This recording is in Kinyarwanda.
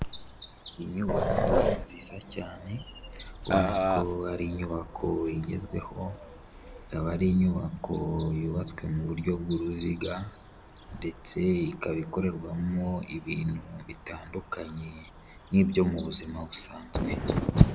Inyubako nziza cyane, ubona ko ari inyubako igezweho, ikaba ari inyubako yubatswe mu buryo bw'uruziga ndetse ikaba ikorerwamo ibintu bitandukanye n'ibyo mu buzima busanzwe.